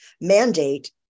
mandate